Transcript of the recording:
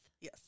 Yes